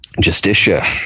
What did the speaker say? Justicia